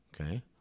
Okay